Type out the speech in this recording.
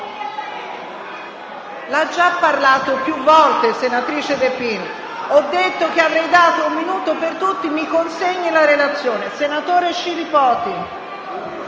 senatore Scilipoti